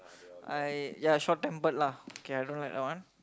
I ya short tempered lah K I don't like that one